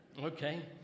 Okay